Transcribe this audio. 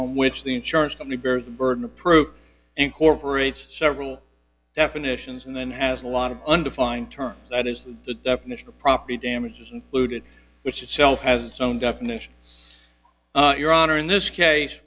on which the insurance company bear the burden of proof incorporates several definitions and then has a lot of undefined terms that is the definition of property damages included which itself has its own definition your honor in this case